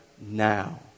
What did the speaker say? now